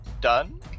done